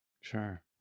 Sure